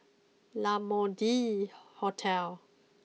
La Mode Hotel